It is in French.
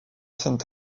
saint